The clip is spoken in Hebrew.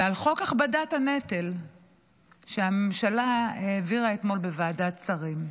ועל חוק הכבדת הנטל שהממשלה העבירה אתמול בוועדת שרים.